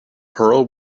pearl